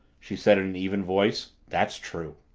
she said in an even voice, that's true.